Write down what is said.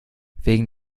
wegen